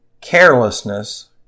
Carelessness